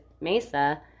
Mesa